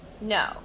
No